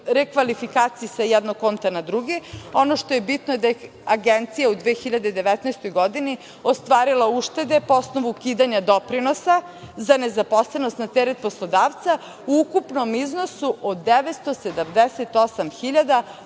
rekvalifikaciji sa jednog konta na drugi. Ono što je bitno je da je Agencija u 2019. godini ostvarila uštede po osnovu ukidanja doprinosa za nezaposlenost na teret poslodavca u ukupnom iznosu od 978.815